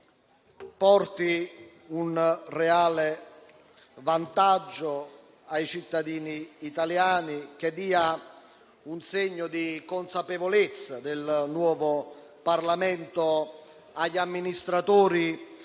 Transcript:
porti un reale vantaggio ai cittadini italiani e dia un segno di consapevolezza del nuovo Parlamento agli amministratori